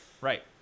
right